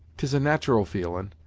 tis a nat'ral feelin,